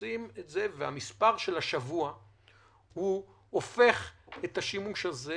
המספר השבוע הופך את השימוש בכלי הזה